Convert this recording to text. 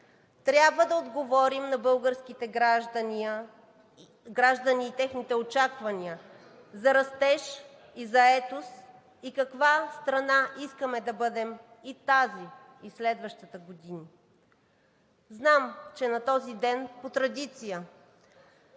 Трябва да отговорим на българските граждани и техните очаквания за растеж, заетост и каква страна искаме да бъдем през тази и през следващите години. Знам, че на този ден по традиция